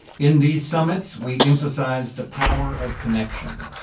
in these summits, we emphasize the power of connection.